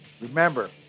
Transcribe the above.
Remember